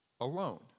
alone